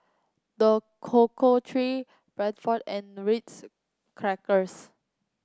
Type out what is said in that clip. The Cocoa Tree Bradford and Ritz Crackers